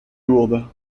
lourdes